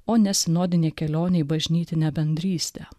o ne sinodinė kelionė į bažnytinę bendrystę